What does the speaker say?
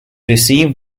received